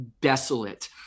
desolate